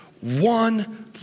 one